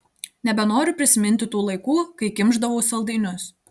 nebenoriu prisiminti tų laikų kai kimšdavau saldainius